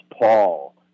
Paul